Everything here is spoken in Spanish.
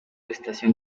estación